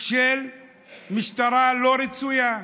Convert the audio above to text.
של משטרה לא רצויה.